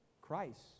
Christ